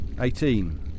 Eighteen